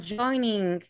joining